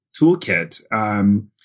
toolkit